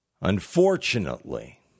Unfortunately